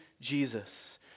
Jesus